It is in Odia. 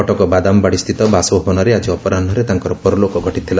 କଟକ ବାଦାମବାଡ଼ି ସ୍ସିତ ବାସଭବନରେ ଆକି ଅପରାହ୍ବରେ ତାଙ୍କର ପରଲୋକ ଘଟିଥିଲା